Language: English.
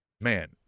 man